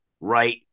right